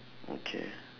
okay